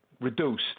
reduced